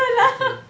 okay